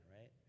right